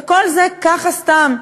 וכל זה ככה, סתם,